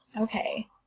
okay